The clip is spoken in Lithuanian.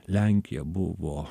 lenkija buvo